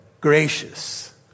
gracious